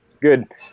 good